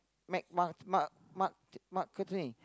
mac mark mark mark mark Cartney